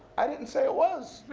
i didn't say it was.